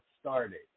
started